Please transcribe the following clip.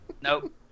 Nope